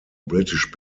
british